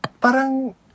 Parang